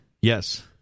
Yes